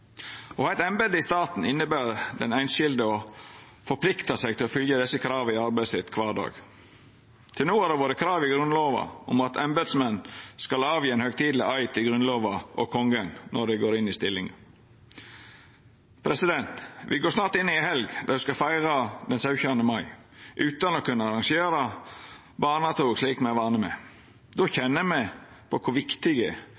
i staten inneber for den einskilde å forplikta seg til å fylgja desse krava i arbeidet sitt kvar dag. Til no har det vore krav i Grunnlova om at embetsmenn skal gjera ein høgtideleg eid til Grunnlova og kongen når dei går inn i stillinga. Me går snart inn i ei helg der me skal feira 17. mai utan å kunna arrangera barnetog slik me er vane med. Då